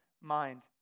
mind